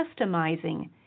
customizing